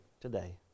today